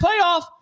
playoff